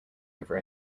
over